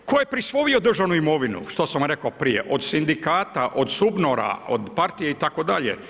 Tko je prisvojio državnu imovinu, što sam rekao prije, od sindikata od sugnora, od partije, itd.